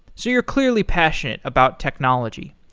so you're clearly passionate about technology.